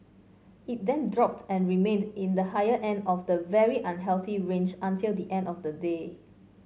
it then dropped and remained in the higher end of the very unhealthy range until the end of the day